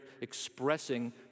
expressing